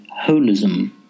Holism